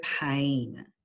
pain